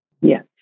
Yes